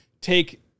take